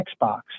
Xbox